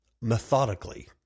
methodically